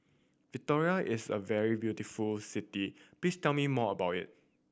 Victoria is a very beautiful city please tell me more about it